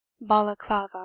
balaclava